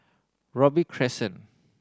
Robey Crescent